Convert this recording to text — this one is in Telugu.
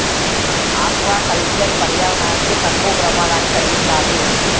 ఆక్వా కల్చర్ పర్యావరణానికి తక్కువ ప్రమాదాన్ని కలిగిస్తాది